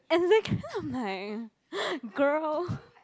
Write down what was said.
exactly I'm like girl